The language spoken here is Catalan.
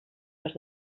les